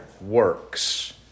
works